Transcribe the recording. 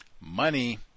money